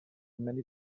many